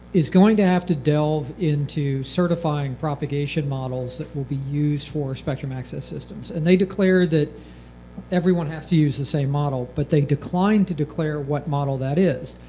is going to have to delve into certifying propagation models that will be used for spectrum access systems and they declared that everyone has to use the same model, but they declined to declare what model that is.